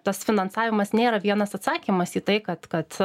tas finansavimas nėra vienas atsakymas į tai kad kad